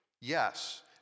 yes